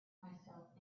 myself